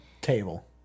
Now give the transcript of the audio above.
Table